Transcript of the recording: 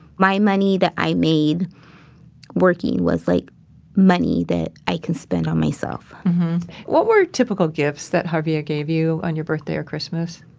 my money that i made working was like money that i can spend on myself what were typical gifts that javier gave you on your birthday or christmas?